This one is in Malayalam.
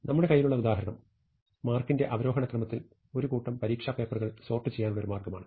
നമ്മുടെ കൈയിലുള്ള ഉദാഹരണം മാർക്കിന്റെ അവരോഹണ ക്രമത്തിൽ ഒരു കൂട്ടം പരീക്ഷാ പേപ്പറുകൾ സോർട് ചെയ്യാനുള്ള ഒരു മാർഗമാണ്